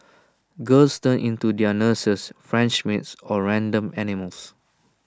girls turn into their nurses French maids or random animals